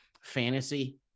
fantasy